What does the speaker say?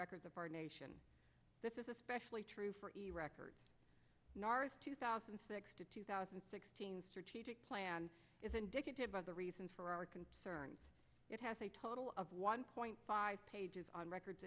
records of our nation this is especially true for the record two thousand and six to two thousand and sixteen strategic plan is indicative of the reason for our concern it has a total of one point five pages on records